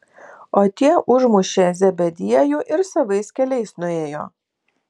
o tie užmušė zebediejų ir savais keliais nuėjo